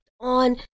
on